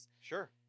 Sure